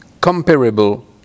comparable